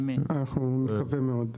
אנחנו נקווה מאוד.